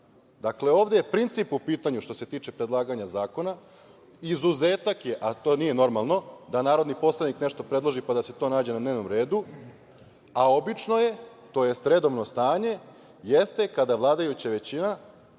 takva? Dakle, ovde je princip u pitanju što se tiče predlaganja zakona. Izuzetak je, a to nije normalno, da narodni poslanik nešto predloži, pa da se to nađe na dnevnom redu, a obično je, to jest redovno stanje jeste kada vladajuća većina,